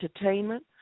entertainment